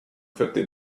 fifty